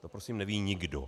To prosím neví nikdo.